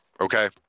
okay